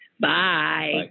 Bye